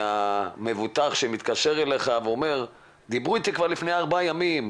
מהמבוטח שמתקשר אליך ואומר 'דיברו איתי כבר לפני ארבעה ימים,